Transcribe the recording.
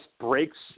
breaks